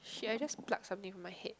shit I just pluck something from my head